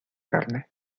carne